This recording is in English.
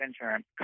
insurance